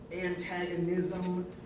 antagonism